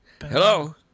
Hello